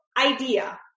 idea